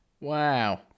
Wow